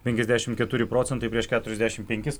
penkiasdešimt keturi procentai prieš keturiasdešimt penkis